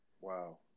Wow